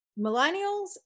Millennials